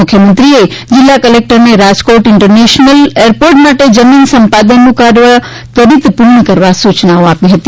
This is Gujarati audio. મુખ્યમંત્રીએ જિલ્લા કલેકટરને રાજકોટ ઇન્ટરનેશનલ માટે જમીન સંપાદન નું કાર્ય ત્વરિત પૂર્ણ કરવા સૂચનાઓ આપી હતી